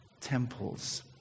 Temples